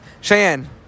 Cheyenne